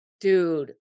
dude